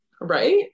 right